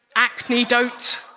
acnedote,